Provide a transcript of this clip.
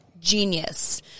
genius